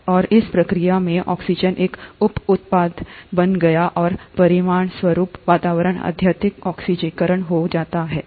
और इस प्रक्रिया में ऑक्सीजन एक उप उत्पाद बन गया और परिणामस्वरूप वातावरण अत्यधिक ऑक्सीकरण हो जाता है